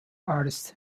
artists